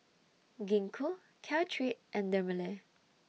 Gingko Caltrate and Dermale